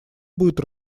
будет